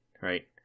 right